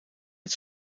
dit